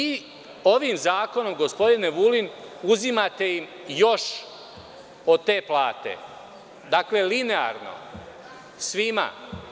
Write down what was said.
Vi ovim zakonom, gospodine Vulin, uzimate im još od te plate linearno svima.